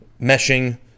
meshing